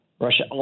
Russia